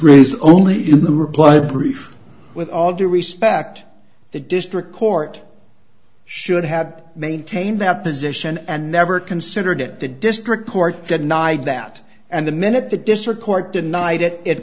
raised only in the reply brief with all due respect the district court should have maintained that position and never considered it to district court denied that and the minute the district court denied it it